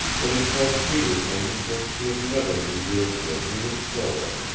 that he told peter things which he had never revealed to a human soul.